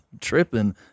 tripping